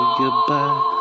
goodbye